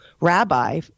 rabbi